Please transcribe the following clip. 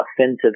offensive